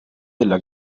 della